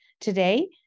today